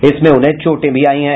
इसमें उन्हें चोट भी आयी हैं